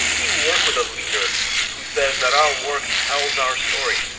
you work with a leader who says that our work tells our story,